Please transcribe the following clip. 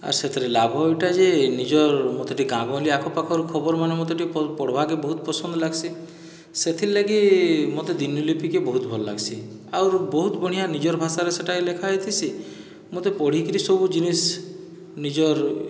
ଆର୍ ସେଥିରେ ଲାଭ ଏହିଟା ଯେ ନିଜର୍ ମୋତେ ଟିକେ ଗାଁ ଗହଲି ଆଖପାଖର ଖବର ମାନେ ମୋତେ ଟିକେ ପଢ଼୍ବାକେ ବହୁତ ପସନ୍ଦ ଲାଗ୍ସି ସେଥିଲାଗି ମୋତେ ଦିନଲିପିକେ ବହୁତ ଭଲ୍ ଲାଗ୍ସି ଆଉର୍ ବହୁତ ବଢ଼ିଆ ନିଜର୍ ଭାଷାରେ ସେହିଟା ଲେଖା ହେଇତିସି ମତେ ପଢ଼ିକିରି ସବୁ ଜିନିଷ୍ ନିଜର୍